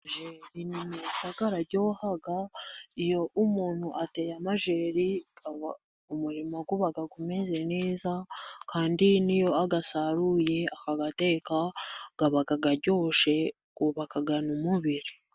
Amajeri ni meza araryoha, iyo umuntu ateye amajeri umurima uba umeze neza, kandi niyo ayasaruye akayateka araryoha yubaka n'umubiri.